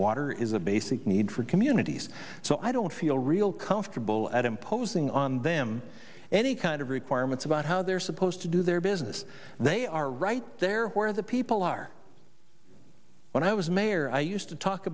water is a basic need for communities so i don't feel real comfortable at imposing on them any kind of requirements about how they're supposed to do their business they are right there where the people are when i was mayor i used to talk